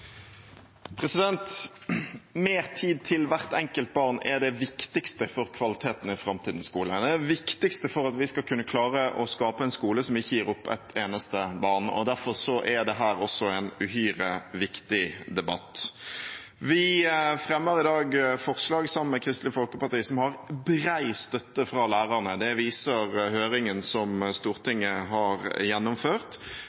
Mer tid til hvert enkelt barn er det viktigste for kvaliteten i framtidens skole, det er det viktigste for at vi skal kunne klare å skape en skole som ikke gir opp et eneste barn, og derfor er dette også en uhyre viktig debatt. Vi fremmer i dag forslag sammen med Kristelig Folkeparti som har bred støtte fra lærerne. Det viser høringen som